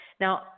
Now